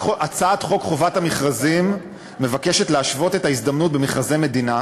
הצעת חוק חובת המכרזים מבקשת להשוות את ההזדמנויות במכרזי מדינה